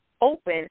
open